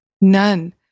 None